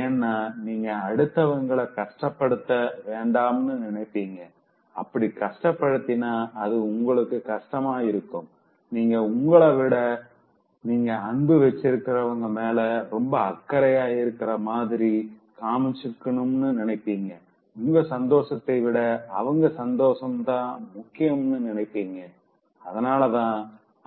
ஏன்னா நீங்க அடுத்தவங்கள கஷ்டப்படுத்த வேண்டாம்னு நினைப்பீங்க அப்படி கஷ்டப்படுத்தினா அது உங்களுக்கு கஷ்டமா இருக்கும் நீங்க உங்கள விட நீங்க அன்பு வச்சிருக்கவங்க மேல ரொம்ப அக்கறையா இருக்க மாதிரி காமிச்சுக்கணும்னு நினைப்பீங்க உங்க சந்தோஷத்த விட அவங்க சந்தோஷம்தா முக்கியம்னு நினைப்பீங்க அதனாலதா